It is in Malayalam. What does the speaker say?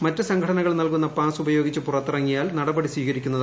മറ്റ് സംഘടനകൾ നൽകുന്ന പാസ്സ് ഉപയോഗിച്ച് പുറത്തിറങ്ങിയാൽ നടപടി സ്വീകരിക്കുന്നതാണ്